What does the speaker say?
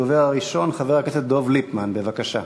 הדובר הראשון, חבר הכנסת דב ליפמן, בבקשה.